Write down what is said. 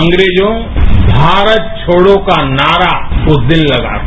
अंग्रेजों भारत छोड़ों का नारा उस दिन तगा था